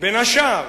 בין השאר,